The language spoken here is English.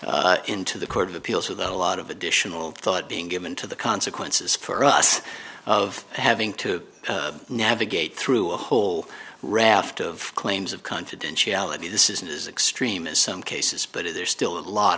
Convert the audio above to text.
into the court of appeals without a lot of additional thought being given to the consequences for us of having to navigate through a whole raft of claims of confidentiality this isn't as extreme as some cases but is there still a lot